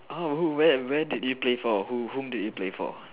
oh where where did you play for who whom did you play for